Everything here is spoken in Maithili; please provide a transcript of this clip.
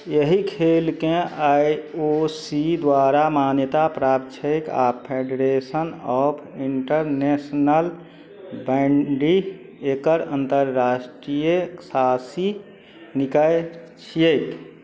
एहि खेलके आइ ओ सी द्वारा मान्यताप्राप्त छैक आओर फेडरेशन ऑफ इन्टरनेशनल बैंडी एकर अन्तर्राष्ट्रीय शासी निकाय छियैक